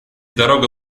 дорога